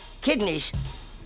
kidneys